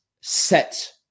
set